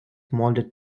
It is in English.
molded